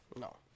No